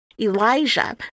Elijah